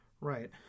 Right